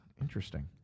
Interesting